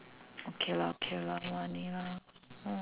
okay lor okay lor money lor